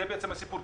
זה בעצם הסיפור.